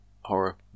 horror